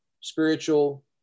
spiritual